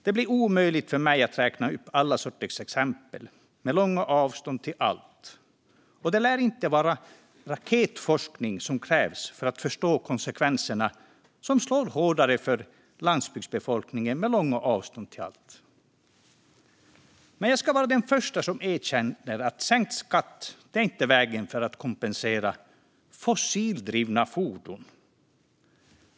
Det blir omöjligt för mig att räkna upp alla sorters exempel, med långa avstånd till allt. Det lär inte vara raketforskning som krävs för att förstå att konsekvenserna slår hårdare för landsbygdsbefolkningen med långa avstånd till allt. Jag ska vara den första som erkänner att sänkt skatt inte är vägen för att kompensera fossildrivna fordon.